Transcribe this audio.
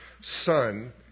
son